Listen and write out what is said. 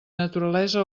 naturalesa